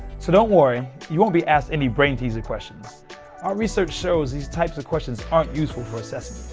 so don't worry, you won't be asked any brainteaser questions our research shows these types of questions aren't useful for assessing